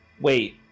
Wait